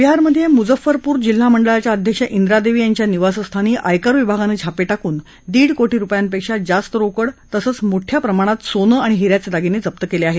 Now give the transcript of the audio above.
बिहारमधे मुजफ्फरपूर जिल्हा मंडळाच्या अध्यक्ष ब्रा देवी यांच्या निवासस्थानी आयकर विभागानं छापे टाकून दीड कोटी रुपयांपेक्षा जास्त रोकड तसंच मोठ्या प्रमाणात सोनं आणि हिऱ्याचे दागिने जप्त केले आहेत